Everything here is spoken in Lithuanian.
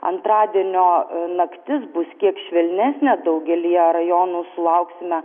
antradienio naktis bus kiek švelnesnė daugelyje rajonų sulauksime